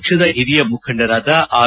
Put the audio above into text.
ಪಕ್ಷದ ಹಿರಿಯ ಮುಖಂಡರಾದ ಆರ್